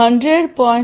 100